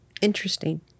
Interesting